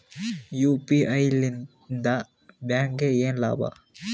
UPI ಲಿಂದ ಬ್ಯಾಂಕ್ಗೆ ಏನ್ ಲಾಭ?